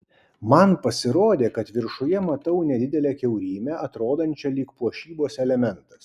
man pasirodė kad viršuje matau nedidelę kiaurymę atrodančią lyg puošybos elementas